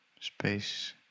space